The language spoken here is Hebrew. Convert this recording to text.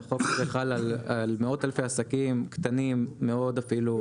שהחוק הזה חל על מאות אלפי עסקים קטנים מאוד אפילו,